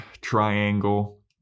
triangle